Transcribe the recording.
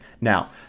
now